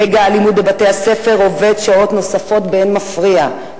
נגע האלימות בבתי-הספר עובד שעות נוספות באין מפריע,